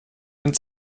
einen